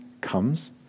comes